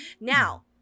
Now